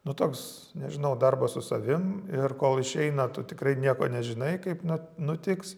nu toks nežinau darbas su savim ir kol išeina tu tikrai nieko nežinai kaip nu nutiks